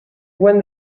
when